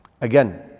Again